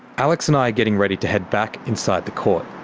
alex and i are getting ready to head back inside the court.